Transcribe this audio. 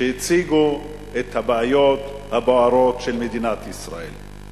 את הבעיות הבוערות של מדינת ישראל.